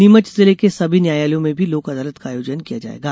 नीमच जिले के सभी न्यायालयों में भी लोक अदालत का आयोजन किया जायेगा